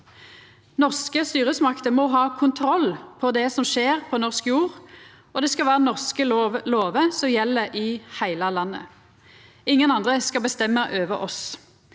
Norske styresmakter må ha kontroll på det som skjer på norsk jord, og det skal vera norske lovar som gjeld i heile landet. Ingen andre skal bestemma over oss.